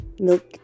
milk